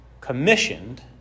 commissioned